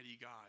God